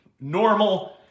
normal